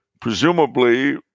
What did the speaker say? Presumably